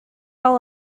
all